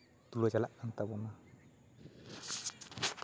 ᱛᱩᱞᱟᱹᱣ ᱪᱟᱟᱜ ᱠᱟᱱ ᱛᱟᱵᱚᱱᱟ